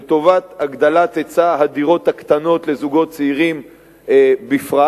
לטובת הגדלת היצע הדירות הקטנות לזוגות צעירים בפרט,